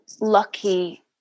lucky